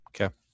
Okay